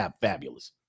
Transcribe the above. fabulous